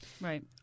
Right